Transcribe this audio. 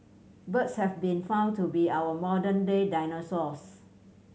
birds have been found to be our modern day dinosaurs